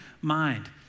mind